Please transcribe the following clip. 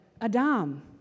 Adam